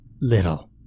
Little